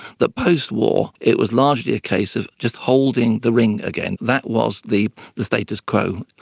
that post-war it was largely a case of just holding the ring again. that was the the status quo.